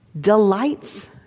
delights